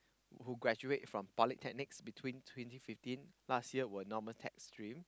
who graduate from polytechnics between twenty fifteen last year were normal tech stream